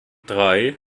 drei